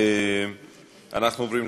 בבקשה.